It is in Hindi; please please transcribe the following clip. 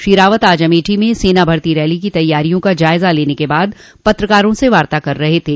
श्री रावत आज अमेठी में सेना भर्ती रैली की तैयारियों का जायजा लेने के बाद पत्रकारों से वार्ता कर रहे थे